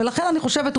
לכן אני חושבת,